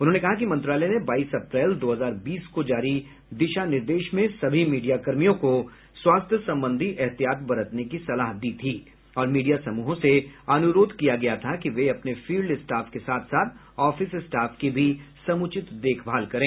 उन्होंने कहा कि मंत्रालय ने बाईस अप्रैल दो हजार बीस को जारी दिशा निर्देश में सभी मीडियाकर्मियों को स्वास्थ्य संबंधी एहतियात बरतने की सलाह दी थी और मीडिया समूहों से अनुरोध किया गया था कि वे अपने फील्ड स्टाफ के साथ साथ ऑफिस स्टाफ की भी समुचित देखभाल करें